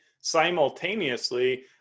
Simultaneously